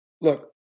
Look